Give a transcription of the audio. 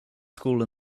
school